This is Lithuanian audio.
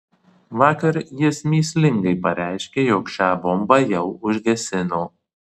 vakar jis mįslingai pareiškė jog šią bombą jau užgesino